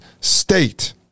state